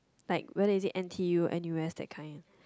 like whether is it n_t_u n_u_s that kind